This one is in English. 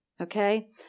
Okay